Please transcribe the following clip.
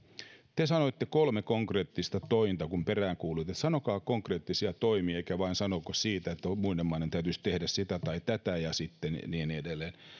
te sanoitte kolme konkreettista tointa kun peräänkuulutin että sanokaa konkreettisia toimia älkääkä sanoko vain että muiden maiden täytyisi tehdä sitä tai tätä ja sitten niin ja niin edelleen teillä